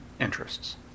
interests